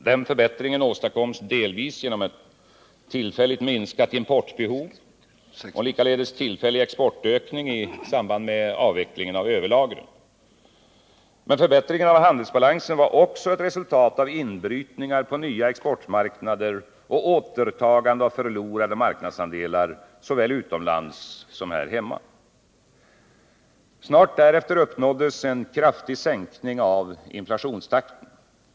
Den förbättringen åstadkoms delvis genom ett tillfälligt minskat importbehov och en likaledes tillfällig exportökning i samband med avvecklingen av överlagren. Men förbättringen av handelsbalansen var också ett resultat av inbrytningar på nya exportmarknader och återtagande av förlorade marknadsandelar såväl utomlands som här hemma. Snart därefter uppnåddes en kraftig sänkning av inflationstakten.